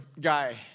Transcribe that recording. guy